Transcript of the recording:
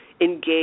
engage